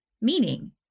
Meaning